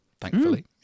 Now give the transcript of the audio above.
Thankfully